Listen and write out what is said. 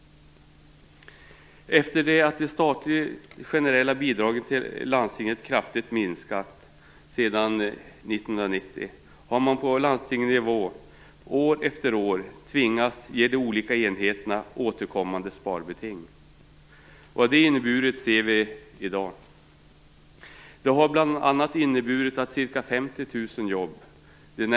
Efter det att det statliga generella bidraget till landstingen kraftigt minskade - 1990 - har man på landstingsnivå år efter år tvingats ge de olika enheterna återkommande sparbeting. Vad det inneburit ser vi i dag. Det har bl.a. inneburit att ca 50 000 arbetstillfällen har försvunnit i vårdsektorn.